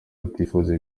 utifuza